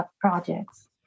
projects